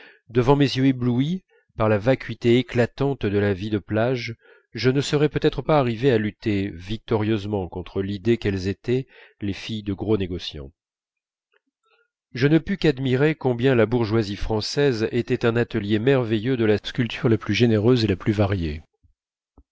devant mes yeux éblouis par la vacuité éclatante de la vie de plage je ne serais peut-être pas arrivé à lutter victorieusement contre l'idée qu'elles étaient les filles de gros négociants je ne pus qu'admirer combien la bourgeoisie française était un atelier merveilleux de sculpture la plus généreuse et la plus variée